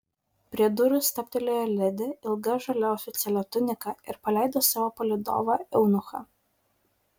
prie durų stabtelėjo ledi ilga žalia oficialia tunika ir paleido savo palydovą eunuchą